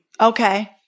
Okay